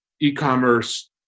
e-commerce